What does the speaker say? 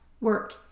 work